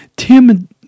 Tim